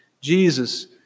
Jesus